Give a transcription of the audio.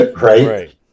right